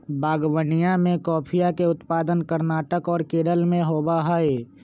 बागवनीया में कॉफीया के उत्पादन कर्नाटक और केरल में होबा हई